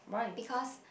because